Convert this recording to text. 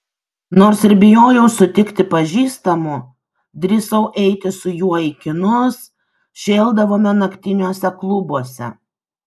nors ir bijojau sutikti pažįstamų drįsau eiti su juo į kinus šėldavome naktiniuose klubuose